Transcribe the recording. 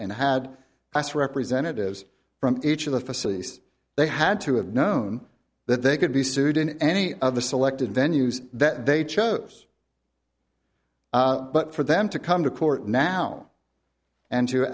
and had asked representatives from each of the facilities they had to have known that they could be sued in any other selected venues that they chose but for them to come to court now and